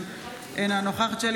אינו נוכח מאיר כהן,